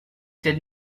did